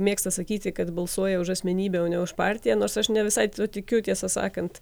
mėgsta sakyti kad balsuoja už asmenybę o ne už partiją nors aš ne visai tikiu tiesą sakant